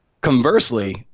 Conversely